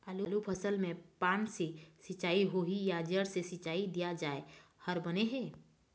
आलू फसल मे पान से सिचाई होही या जड़ से सिचाई दिया जाय हर बने हे?